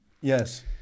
Yes